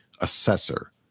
Assessor